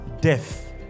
Death